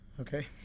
Okay